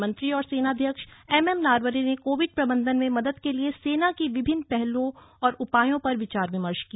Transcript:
प्रधानमंत्री और सेनाध्यक्ष एमएम नरवणे ने कोविड प्रबंधन में मदद के लिए सेना की विभिन्न पहलों और उपायों पर विचार विमर्श किया